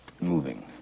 moving